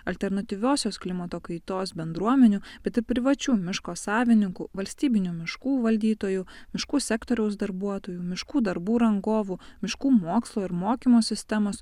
alternatyviosios klimato kaitos bendruomenių bet ir privačių miško savininkų valstybinių miškų valdytojų miškų sektoriaus darbuotojų miškų darbų rangovų miškų mokslo ir mokymo sistemos